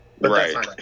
Right